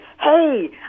Hey